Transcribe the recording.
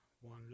one